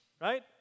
right